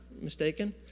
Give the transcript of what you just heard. mistaken